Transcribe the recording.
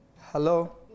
Hello